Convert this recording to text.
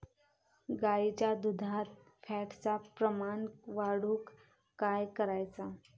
गाईच्या दुधात फॅटचा प्रमाण वाढवुक काय करायचा?